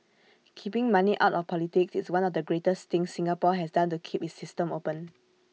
keeping money out of politics is one of the greatest things Singapore has done to keep its system open